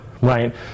right